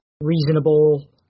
reasonable